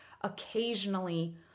occasionally